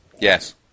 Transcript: Yes